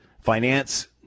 finance